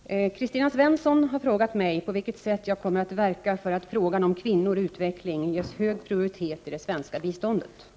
Herr talman! Kristina Svensson har frågat mig på vilket sätt jag kommer att verka för att frågan om kvinnor och utveckling ges hög prioritet i det svenska biståndet.